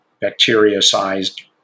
bacteria-sized